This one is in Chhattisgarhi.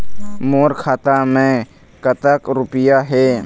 मोर खाता मैं कतक रुपया हे?